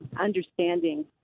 understanding